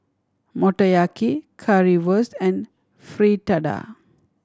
Motoyaki Currywurst and Fritada